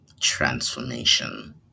Transformation